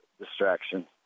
distraction